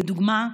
לדוגמה,